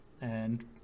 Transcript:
and-